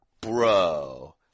bro